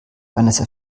vanessa